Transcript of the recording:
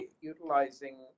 utilizing